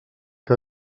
que